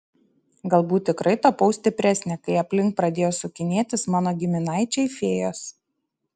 galbūt tikrai tapau stipresnė kai aplink pradėjo sukinėtis mano giminaičiai fėjos